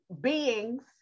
beings